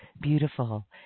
beautiful